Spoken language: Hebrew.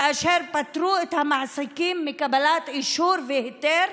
כאשר פטרו את המעסיקים מקבלת אישור והיתר